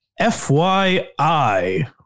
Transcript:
FYI